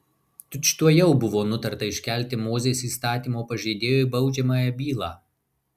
tučtuojau buvo nutarta iškelti mozės įstatymo pažeidėjui baudžiamąją bylą